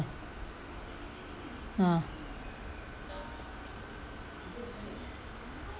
ha